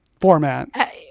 format